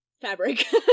fabric